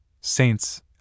saints